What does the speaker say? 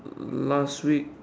um last week